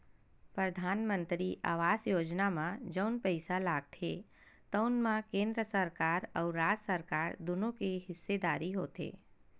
परधानमंतरी आवास योजना म जउन पइसा लागथे तउन म केंद्र सरकार अउ राज सरकार दुनो के हिस्सेदारी होथे